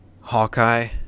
Hawkeye